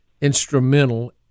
instrumental